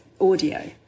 audio